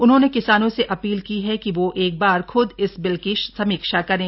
उन्होंने किसानों से अपील की है कि वह एक बार ख्द इस बिल की समीक्षा करें